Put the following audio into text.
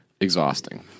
Exhausting